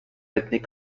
ethnic